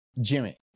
Jimmy